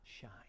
shine